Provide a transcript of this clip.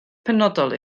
penodol